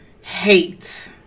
hate